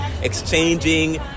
exchanging